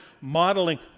modeling